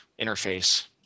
interface